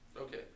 Okay